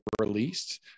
released